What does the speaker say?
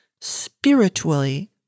spiritually